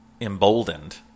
emboldened